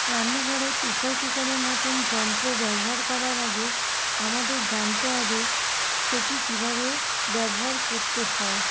রান্নাঘরে প্রেশার কুকারের মতন যন্ত্র ব্যবহার করার আগে আমাদের জানতে হবে সেটি কীভাবে ব্যবহার করতে হয়